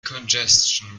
congestion